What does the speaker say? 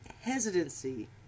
hesitancy